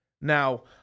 Now